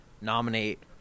nominate